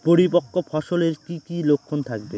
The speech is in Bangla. পরিপক্ক ফসলের কি কি লক্ষণ থাকবে?